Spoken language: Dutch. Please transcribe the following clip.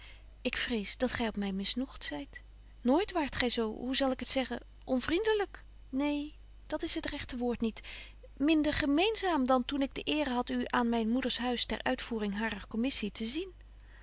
ik vrees dat gy op my misnoegt zyt nooit waart gy zo hoe zal ik het zeggen onvriendelyk neen dat is het regte woord niet minder gemeenzaam dan toen ik de eere had u aan myn moeders huis ter uitvoering harer commissie te zien